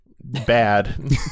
Bad